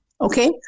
Okay